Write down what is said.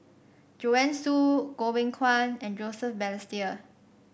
Joanne Soo Goh Beng Kwan and Joseph Balestier